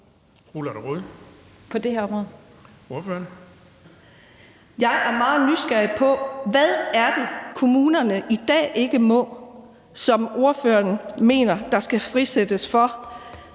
Jeg er meget nysgerrig på, hvad det er, kommunerne i dag ikke må, som ordføreren mener der skal frisættes til?